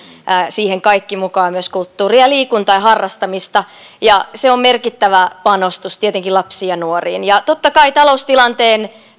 siihen kaikki mukaan myös kulttuuri ja liikunta ja harrastaminen ja se on merkittävä panostus tietenkin lapsiin ja nuoriin ja totta kai taloustilanteen